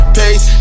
pace